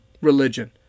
religion